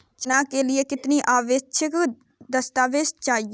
चना के लिए कितनी आपेक्षिक आद्रता चाहिए?